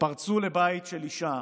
פרצו לבית של אישה